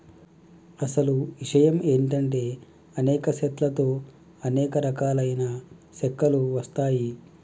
అసలు ఇషయం ఏంటంటే అనేక సెట్ల తో అనేక రకాలైన సెక్కలు వస్తాయి